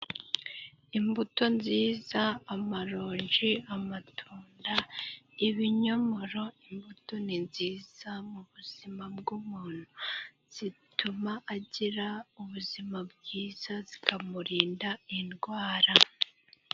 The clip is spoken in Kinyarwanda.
Imbuto nziza amaronji, amatunda, ibinyomoro, imbuto ni nziza mu buzima bw'umuntu. Zituma agira ubuzima bwiza, zikamurinda indwara.